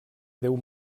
déu